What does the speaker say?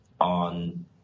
on